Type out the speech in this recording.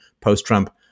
post-Trump